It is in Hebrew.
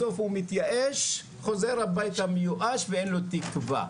בסוף הוא מתייאש חוזר הביתה מיואש ואין לו תקוה.